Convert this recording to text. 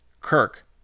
Kirk